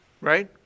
Right